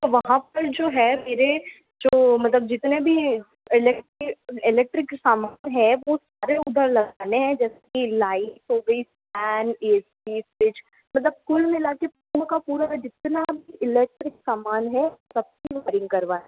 तो वहाँ पर जो है मेरे जो मतलब जितने भी इलेक्ट्रिक सामान है वो सारे उधर लगाने हैं जैसे की लाइट हो गई फैन ए सी फ्रिज मतलब कुल मिला के पूरा का पूरा जितना भी इलेक्ट्रिक सामान है उन सबकी वायरिंग करवानी है